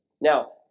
Now